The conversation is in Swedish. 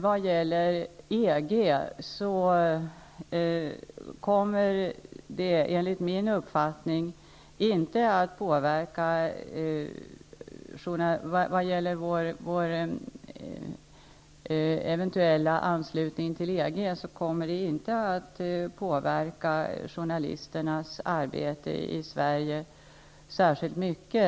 vill jag säga att svenska journalisters arbete inte kommer att påverkas särskilt mycket.